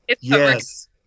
Yes